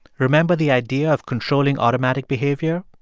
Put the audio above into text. remember the idea of controlling automatic behavior?